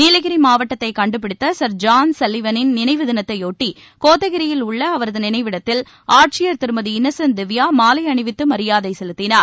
நீலகிரி மாவட்டத்தை கண்டுபிடித்த Sir John சல்லிவனின் நினைவு தினத்தைபொட்டி கோத்தகிரியில் உள்ள அவரது நினைவிடத்தில் ஆட்சியர் திருமதி இன்னசென்ட் திவ்யா மாலை அணிவித்து மரியாதை செலுத்தினார்